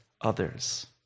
others